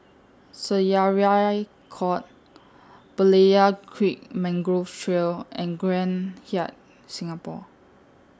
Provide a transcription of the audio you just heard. Syariah Court Berlayer Creek Mangrove Trail and Grand Hyatt Singapore